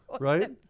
Right